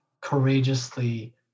courageously